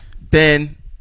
ben